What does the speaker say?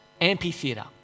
amphitheatre